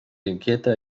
inquieta